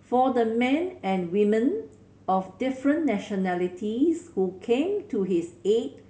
for the men and women of different nationalities who came to his aid